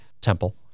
temple